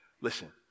Listen